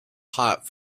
hot